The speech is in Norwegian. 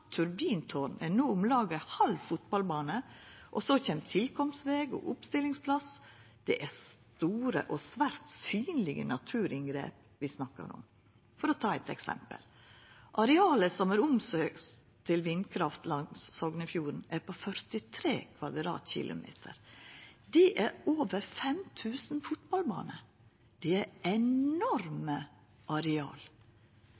er no om lag ei halv fotballbane, og så kjem tilkomstveg og oppstillingsplass. Det er store og svært synlege naturinngrep vi snakkar om. For å ta eit eksempel: Arealet det er søkt om til vindkraft langs Sognefjorden, er på 43 km 2 . Det er over 5 000 fotballbaner. Det er